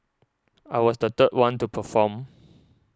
I was the third one to perform